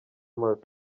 mabi